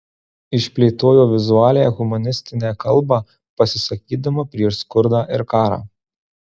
išplėtojo vizualią humanistinę kalbą pasisakydama prieš skurdą ir karą